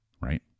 right